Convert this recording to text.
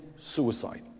suicide